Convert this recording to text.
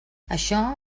això